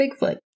bigfoot